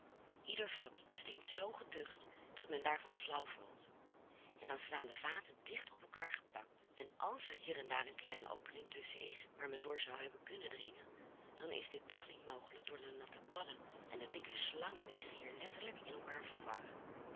ieder vat stinkt zoo geducht dat men daarvan flauw valt en dan staan de vaten dicht op elkaar gepakt en als er hier en daar een kleine opening tusschen is waar men door zou hebben kunnen dringen dan is dit toch niet mogelijk door de natte padden en de dikke slangen die zich hier letterlijk in elkaar verwarren